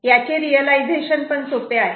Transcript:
याचे रियलायझेशन पण सोपे आहे